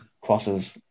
crosses